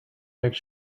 make